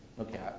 okay